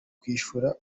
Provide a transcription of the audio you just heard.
kwishyura